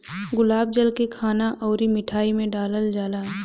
गुलाब जल के खाना अउरी मिठाई में डालल जाला